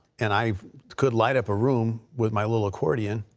and i could light up a room with my little accordion,